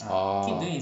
ah